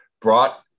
brought